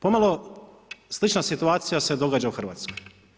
Pomalo slična situacija se događa u Hrvatskoj.